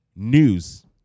News